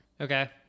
Okay